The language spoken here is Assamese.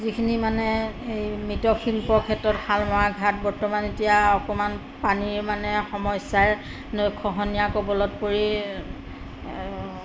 যিখিনি মানে এই মৃৎশিল্পৰ ক্ষেত্ৰত শালমৰা ঘাট বৰ্তমান এতিয়া অকমান পানীৰ মানে সমস্যাই নৈখহনীয়াৰ কবলত পৰি